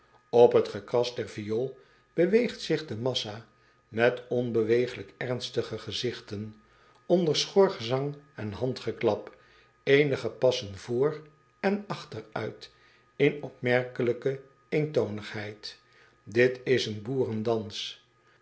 p t gekras der viool beweegt zich de massa met onbewegelijk ernstige gezigten onder schor gezang en handgeklap eenige passen vr en achteruit in opmerkelijke eentoonigheid it is een